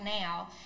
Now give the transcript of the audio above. now